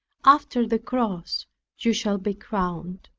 after the cross you shall be crowned.